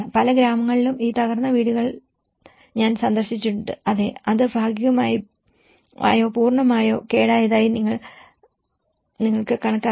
പല ഗ്രാമങ്ങളിലും ഈ തകർന്ന വീടുകൾ ഞാൻ സന്ദർശിച്ചിട്ടുണ്ട് അതെ അത് ഭാഗികമായോ പൂർണ്ണമായോ കേടായതായി അവർ കണക്കാക്കുന്നു